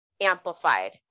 amplified